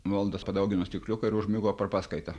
nu valdas padaugino stikliuką ir užmigo per paskaitą